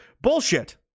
Bullshit